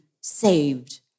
saved